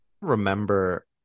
remember